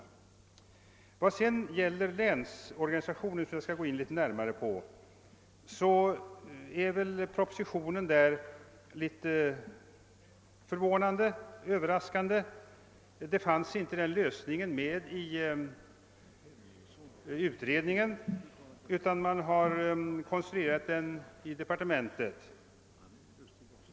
Vad gäller länsorganisationen, som jag något närmare skall gå in på, är propositionens förslag något öÖöverraskande. Denna lösning finns inte med i utredningens förslag, utan den har konstruerats i departementet.